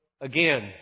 again